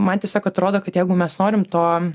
man tiesiog atrodo kad jeigu mes norim to